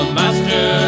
master